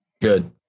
Good